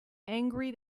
angry